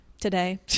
today